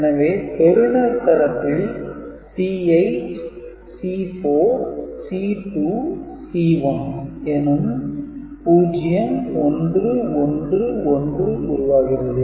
எனவே பெறுநர் தரப்பில் C8 C4 C2 C1 எனும் 0111 உருவாகிறது